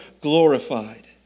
glorified